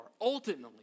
Ultimately